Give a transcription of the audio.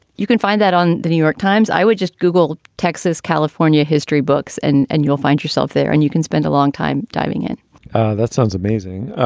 you can find that on the new york times. i would just google texas california history books and and you'll find yourself there and you can spend a long time diving in that sounds amazing.